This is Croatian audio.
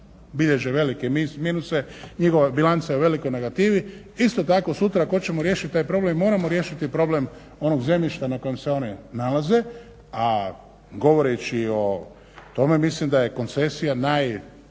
bilježe velike minuse, njihova bilanca je u velikoj negativi. Isto tako sutra ako hoćemo riješit taj problem mi moramo riješiti problem onog zemljišta na kojem se oni nalaze, a govoreći o tome mislim da je koncesija najprigodniji